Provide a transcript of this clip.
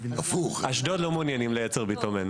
אשדוד לא מעוניינת לייצר ביטומן.